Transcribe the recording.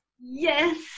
yes